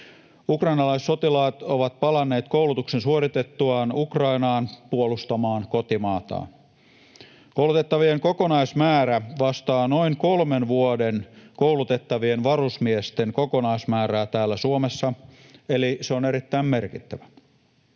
Ukrainalaissotilaat ovat palanneet koulutuksen suoritettuaan Ukrainaan puolustamaan kotimaataan. Koulutettavien kokonaismäärä vastaa noin kolmen vuoden koulutettavien varusmiesten kokonaismäärää täällä Suomessa, eli se on erittäin merkittävä.